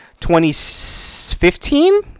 2015